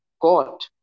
court